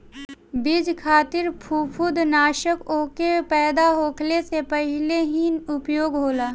बीज खातिर फंफूदनाशक ओकरे पैदा होखले से पहिले ही उपयोग होला